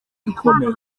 ikomeye